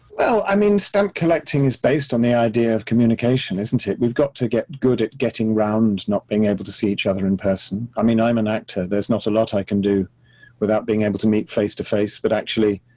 well, i mean, stamp collecting is based on the idea of communication, isn't it? we've got to get good at getting around, not being to see each other in person. i mean, i'm an actor, there's not a lot i can do without being able to meet face to face. but actually,